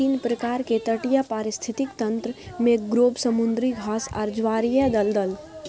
तीन प्रकार के तटीय पारिस्थितिक तंत्र मैंग्रोव, समुद्री घास आर ज्वारीय दलदल